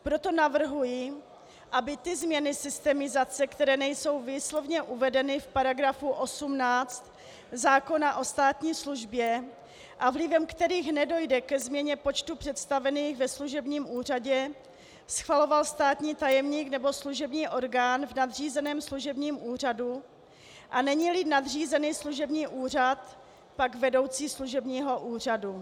Proto navrhuji, aby ty změny systemizace, které nejsou výslovně uvedeny v § 18 zákona o státní službě a vlivem kterých nedojde ke změně počtu představených ve služebním úřadě, schvaloval státní tajemník nebo služební orgán v nadřízeném služebním úřadu, a neníli nadřízený služební úřad, pak vedoucí služebního úřadu.